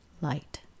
light